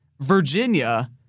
Virginia